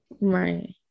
Right